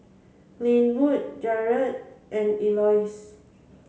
Linwood Jarad and Elois